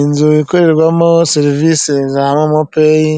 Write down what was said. Inzu ikorerwamo serivisi za momo peyi,